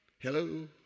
Hello